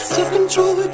Self-control